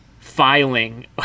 filing